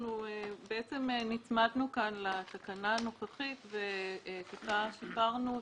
בעצם נצמדנו כאן לתקנה הנוכחית וקצת שיפרנו אותה.